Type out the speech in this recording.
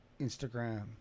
Instagram